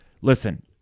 Listen